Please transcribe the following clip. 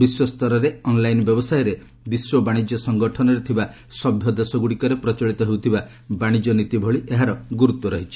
ବିଶ୍ୱସ୍ତରରେ ଅନ୍ଲାଇନ୍ ବ୍ୟବସାୟରେ ବିଶ୍ୱ ବାଶିଜ୍ୟ ସଂଗଠନରେ ଥିବା ସଭ୍ୟ ଦେଶଗୁଡ଼ିକରେ ପ୍ରଚଳିତ ହେଉଥିବା ବାଣିଜ୍ୟ ନୀତି ଭଳି ଏହାର ଗୁରୁତ୍ୱ ରହିଛି